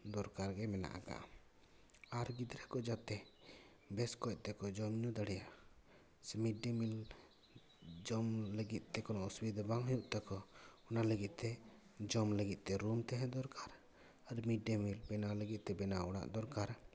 ᱫᱚᱨᱠᱟ ᱜᱮ ᱢᱮᱱᱟᱜ ᱟᱠᱟᱜᱼᱟ ᱟᱨ ᱜᱤᱫᱽᱨᱟᱹ ᱠᱚ ᱡᱟᱛᱮ ᱵᱮᱥ ᱠᱚᱪ ᱛᱮᱠᱚ ᱡᱚᱢ ᱧᱩ ᱫᱟᱲᱮᱭᱟᱜ ᱥᱮ ᱢᱤᱰᱼᱰᱮᱼᱢᱤᱞ ᱡᱚᱢ ᱞᱟᱹᱜᱤᱫ ᱛᱮ ᱠᱳᱱᱳ ᱚᱥᱩᱵᱤᱫᱟ ᱵᱟᱝ ᱦᱩᱭᱩᱜ ᱛᱟᱠᱚ ᱚᱱᱟ ᱞᱟᱹᱜᱤᱫᱛᱮ ᱡᱚᱢ ᱞᱟᱹᱜᱤᱫᱛᱮ ᱨᱩᱢ ᱛᱟᱦᱮᱸ ᱫᱚᱨᱠᱟᱨ ᱟᱨ ᱢᱤᱰᱼᱰᱮᱼᱢᱤᱞ ᱵᱮᱱᱟᱣ ᱞᱟᱹᱜᱤᱫ ᱵᱮᱱᱟᱣ ᱚᱲᱟᱜ ᱫᱚᱨᱠᱟᱨᱟ